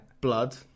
blood